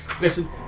listen